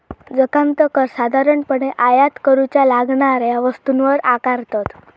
जकांत कर साधारणपणे आयात करूच्या लागणाऱ्या वस्तूंवर आकारतत